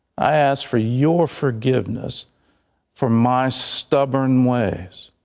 i ask for your forgiveness for my stubborn ways